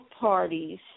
parties